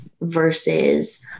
versus